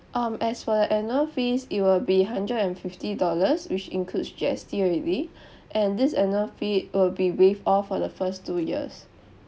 um as for the annual fees it will be hundred and fifty dollars which includes G_S_T already and this annual fee will be waived off for the first two years